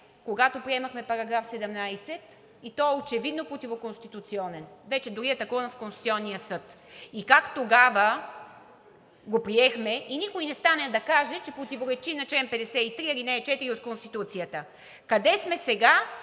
когато приемахме § 17. Той е очевидно противоконституционен, вече дори е атакуван от Конституционния съд. И как тогава го приехме и никой не стана да каже, че противоречи на чл. 53, ал. 4 от Конституцията? Къде сме сега